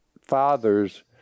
fathers